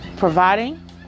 providing